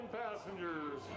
passengers